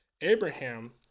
abraham